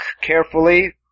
carefully